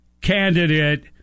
candidate